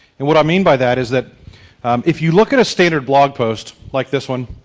and what i mean by that is that if you look at a standard blog post, like this one,